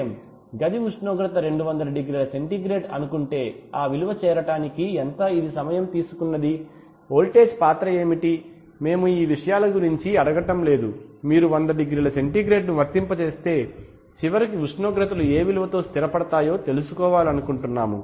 గది ఉష్ణోగ్రత 200 డిగ్రీల సెంటీగ్రేడ్ అనుకుంటే ఆ విలువ చేరడానికి ఎంత ఇది సమయం తీసుకున్నది వోల్టేజ్ పాత్ర ఏమిటి మేము ఈ విషయాల గురించి అడగడం లేదు మీరు 100 డిగ్రీల సెంటీగ్రేడ్ను వర్తింపజేస్తే చివరికి ఉష్ణోగ్రతలు ఏ విలువతో స్థిరపడతాయో తెలుసుకోవాలనుకుంటున్నాము